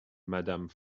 madame